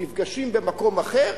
נפגשים במקום אחר,